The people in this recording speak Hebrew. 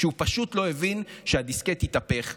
הוא פשוט לא הבין שהדיסקט התהפך,